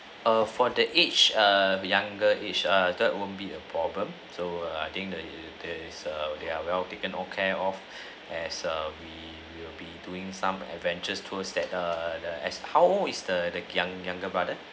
err for the age err younger age err that won't be a problem so I think that is that is err they are well taken o~ care of err as err we will be doing some adventures tours that err the as how old is the the young younger brother